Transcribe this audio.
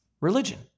religion